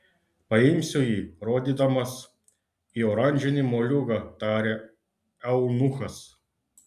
paimsiu jį rodydamas į oranžinį moliūgą tarė eunuchas